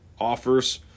offers